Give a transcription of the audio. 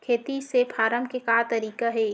खेती से फारम के का तरीका हे?